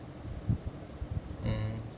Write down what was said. mm